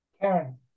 Karen